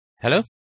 Hello